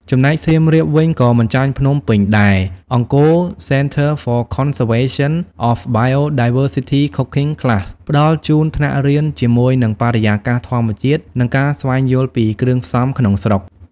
ចំណែកសៀមរាបវិញក៏មិនចាញ់ភ្នំពេញដែរ Angkor Centre for Conservation of Biodiversity Cooking Class ផ្តល់ជូនថ្នាក់រៀនជាមួយនឹងបរិយាកាសធម្មជាតិ និងការស្វែងយល់ពីគ្រឿងផ្សំក្នុងស្រុក ។